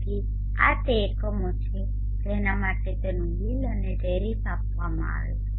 તેથી આ તે એકમો છે જેના માટે તેનું બિલ અને ટેરિફ આપવામાં આવે છે